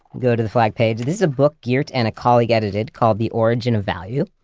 go to the flagged page. this is a book geert and a colleague edited called the origin of value,